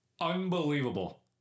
unbelievable